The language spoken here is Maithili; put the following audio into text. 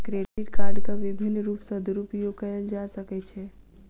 क्रेडिट कार्डक विभिन्न रूप सॅ दुरूपयोग कयल जा सकै छै